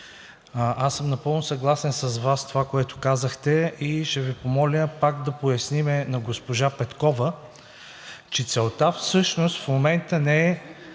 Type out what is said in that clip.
аз съм напълно съгласен с Вас, с това, което казахте, и ще Ви помоля пак да поясним на госпожа Петкова, че целта всъщност в момента е